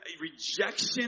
rejection